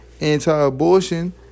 anti-abortion